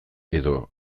edo